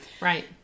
right